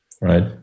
right